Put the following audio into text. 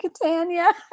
Catania